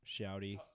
Shouty